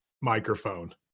microphone